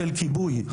של כיבוי,